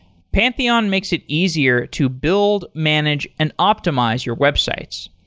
pantheon makes it easier to build, manage and optimize your websites.